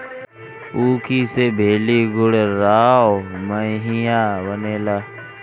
ऊखी से भेली, गुड़, राब, माहिया बनेला